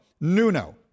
Nuno